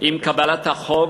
עם קבלת החוק,